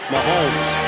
Mahomes